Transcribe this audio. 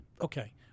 Okay